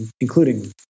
including